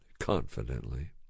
confidently